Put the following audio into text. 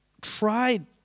tried